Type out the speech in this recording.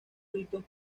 ritos